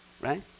right